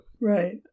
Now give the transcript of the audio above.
Right